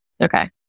Okay